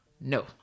No